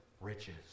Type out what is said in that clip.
riches